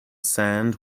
sand